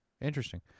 Interesting